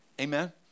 Amen